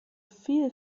viel